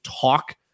talk